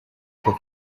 for